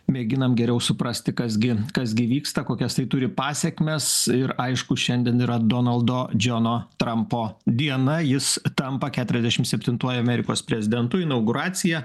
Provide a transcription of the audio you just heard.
mėginam geriau suprasti kas gi kas gi vyksta kokias tai turi pasekmes ir aišku šiandien yra donaldo džono trampo diena jis tampa keturiasdešim septintuoju amerikos prezidentu inauguracija